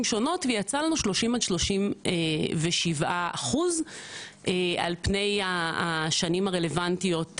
שונות ויצא לנו 30%-37% על פני השנים הרלוונטיות לחוק,